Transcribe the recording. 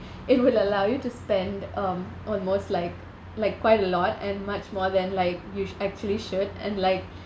it will allow you to spend um almost like like quite a lot and much more than like you actually should and like